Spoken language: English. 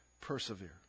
persevere